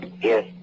Yes